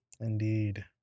Indeed